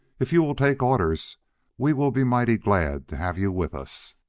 if you will take orders we will be mighty glad to have you with us.